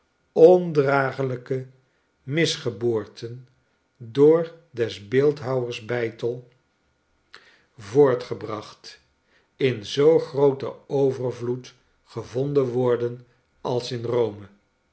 ondraaglijke misgeboorten door des beeldhouwers beitel voortgebracht in zoo grooten overvloed gevonden worden als in rome